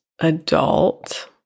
adult